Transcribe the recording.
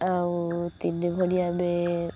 ଆଉ ତିନି ଭଉଣୀ ଆମେ